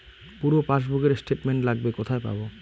পুরো পাসবুকের স্টেটমেন্ট লাগবে কোথায় পাব?